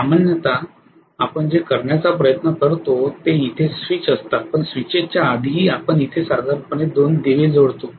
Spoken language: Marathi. सामान्यतः आपण जे करण्याचा प्रयत्न करतो ते इथे स्वीच असतात पण स्विचेस च्या आधीही आपण इथे साधारणपणे 2 दिवे जोडतो